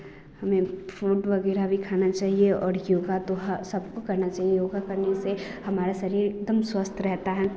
हमे फ्रूट वगेरग भी खाना चाहिए और योग तो ह सबको करना चाहिए योग करने से हमारा शरीर एक दम स्वस्थ रहता है